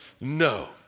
No